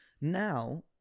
Now